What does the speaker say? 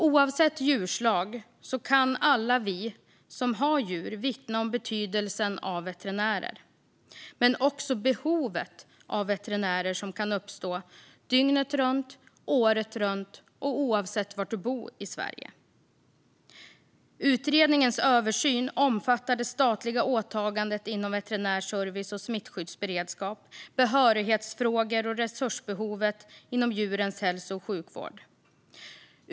Oavsett djurslag kan alla vi som har djur vittna om betydelsen av veterinärer, men också om det behov av veterinärer som kan uppstå dygnet runt och året runt, oavsett var man bor i Sverige. Utredningens översyn omfattar det statliga åtagandet inom veterinär service och smittskyddsberedskap, behörighetsfrågor och resursbehovet inom djurens hälso och sjukvård.